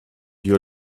your